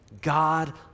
God